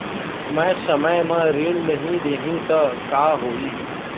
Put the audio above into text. मैं समय म ऋण नहीं देहु त का होही